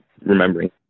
remembering